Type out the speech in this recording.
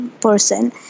person